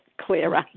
clearer